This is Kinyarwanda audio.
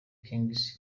king